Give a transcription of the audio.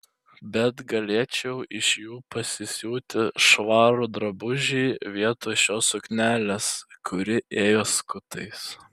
bet galėčiau iš jų pasisiūti švarų drabužį vietoj šios suknelės kuri ėjo skutais